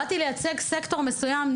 אבל באתי לכאן לייצג סקטור מסוים,